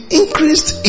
increased